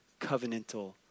covenantal